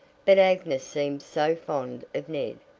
but agnes seemed so fond of ned,